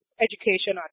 education